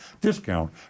discount